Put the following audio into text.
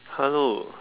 hello